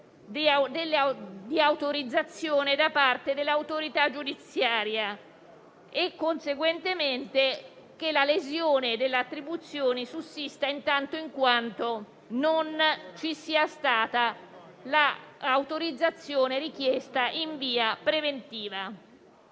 di autorizzazione da parte dell'autorità giudiziaria e, conseguentemente, che la lesione dell'attribuzione sussista in quanto non ci sia stata l'autorizzazione richiesta in via preventiva.